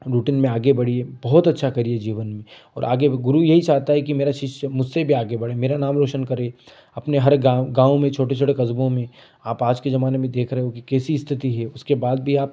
घुटन में आगे बढ़िए बहुत अच्छा करिए जीवन में और आगे भी गुरू यही चाहता है कि मेरा शिष्य मुझसे भी आगे बढ़े मेरा नाम रौशन करे अपने हर गाँव गाँव में छोटे छोटे कस्बों में आप आज के जमाने में देख रहे हो कि कैसी स्थिति है उसके बाद भी आप